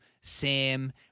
Sam